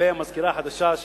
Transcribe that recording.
והמזכירה החדשה,